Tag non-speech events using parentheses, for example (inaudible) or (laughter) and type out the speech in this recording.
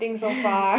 (breath)